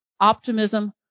Optimism